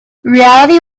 reality